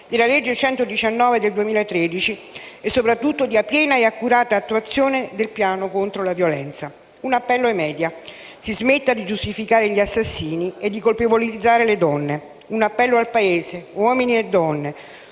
della legge n. 119 del 2013 e soprattutto dia piena e accurata attuazione al piano contro la violenza. Un appello ai *media*: si smetta di giustificare gli assassini e di colpevolizzare le donne. Un appello al Paese, uomini e donne: